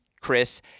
Chris